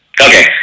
Okay